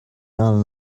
run